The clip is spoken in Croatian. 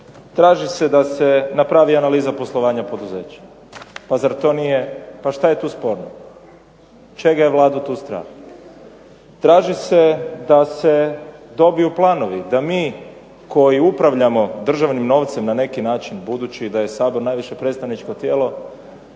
Traži se da se napravi analiza poslovanja poduzeća. Pa zar to nije, pa što je tu sporno? Čega je Vladu tu strah? Traži se da se dobiju planovi da mi koji upravljamo državnim novcem na neki način budući da je Sabor najviše predstavničko tijelo,